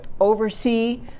oversee